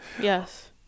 Yes